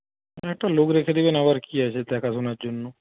এখানে একটা লোক রেখে দেবেন আবার কি আছে দেখাশোনার জন্য